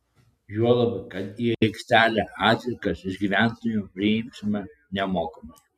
juolab kad į aikštelę atliekas iš gyventojų priimsime nemokamai